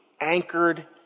anchored